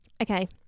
Okay